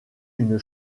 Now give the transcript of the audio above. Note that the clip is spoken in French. une